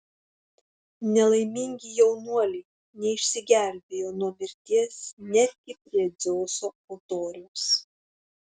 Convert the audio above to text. nelaimingi jaunuoliai neišsigelbėjo nuo mirties netgi prie dzeuso altoriaus